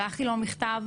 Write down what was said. שלחתי לו מכתב,